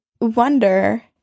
wonder